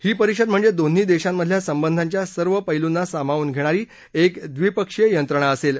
ही परिषद म्हणजे दोन्ही देशामधल्या संबधाच्या सर्व पैलूना सामावून घेणारी एक द्विपक्षीय यंत्रणा असेल